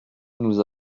nous